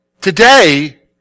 Today